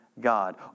God